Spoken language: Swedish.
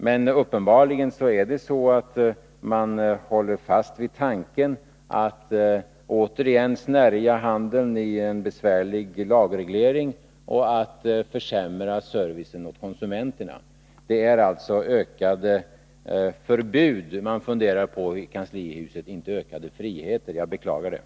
Men uppenbarligen håller man fast vid tanken att åter snärja handeln i en besvärlig lagreglering och att försämra servicen för konsumenterna. Det är alltså ökade förbud man funderar på i kanslihuset — inte ökade friheter. Jag beklagar detta.